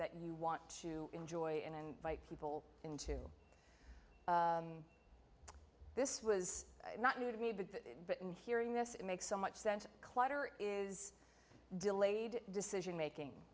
that you want to enjoy and invite people into this was not new to me but in hearing this it makes so much sense clutter is delayed decision making